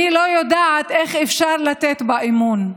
אני לא יודעת איך אפשר לתת בה אמון.